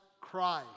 Christ